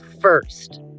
first